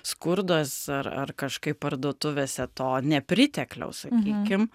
skurdas ar ar kažkaip parduotuvėse to nepritekliaus sakykim